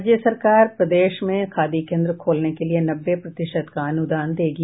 राज्य सरकार प्रदेश में खादी केन्द्र खोलने के लिए नब्बे प्रतिशत का अनुदान देगी